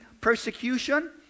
persecution